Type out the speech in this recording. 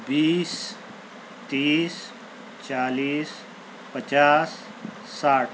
بیس تیس چالیس پچاس ساٹھ